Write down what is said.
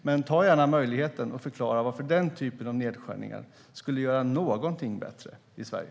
Men ta gärna möjligheten att förklara varför den typen av nedskärningar skulle göra någonting bättre i Sverige!